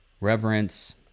reverence